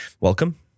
welcome